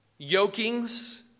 yokings